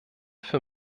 für